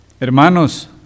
Hermanos